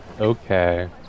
Okay